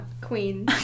queen